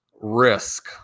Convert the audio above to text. risk